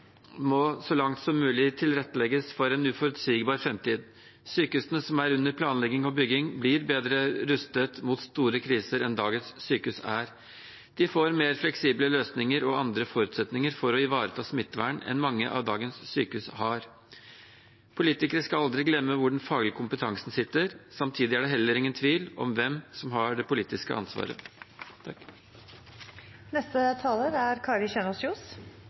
må så langt som mulig tilrettelegges for en uforutsigbar framtid. Sykehusene som er under planlegging og bygging, blir bedre rustet mot store kriser enn dagens sykehus er. De får mer fleksible løsninger og andre forutsetninger for å ivareta smittevern enn mange av dagens sykehus har. Politikere skal aldri glemme hvor den faglige kompetansen sitter. Samtidig er det heller ingen tvil om hvem som har det politiske ansvaret. Fremskrittspartiet mener det viktigste for planlegging og dimensjonering av nye sykehusbygg er